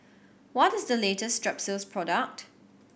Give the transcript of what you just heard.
what is the latest Strepsils product